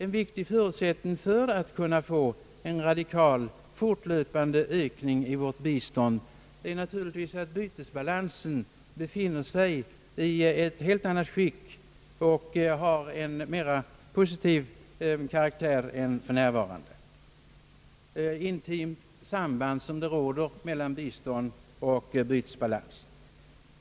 En viktig förutsättning för att få en radikal, fortlöpande ökning av vårt bistånd är att bytesbalansen befinner sig 1 ett helt annat skick och har en mer positiv karaktär än för närvarande. Då råder ett intimt samband mellan bistånd och bytesbalans.